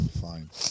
Fine